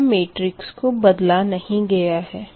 यहाँ मेट्रिक्स को बदला नही गया है